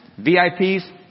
VIPs